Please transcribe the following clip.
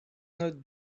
not